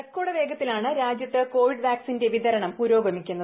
record വേഗത്തിലാണ് രാജൃത്ത് Covid വാക്സിന്റെ വിതരണം പുരോഗമിക്കുന്നത്